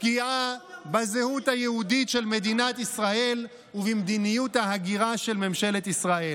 פגיעה בזהות היהודית של מדינת ישראל ובמדיניות ההגירה של ממשלת ישראל.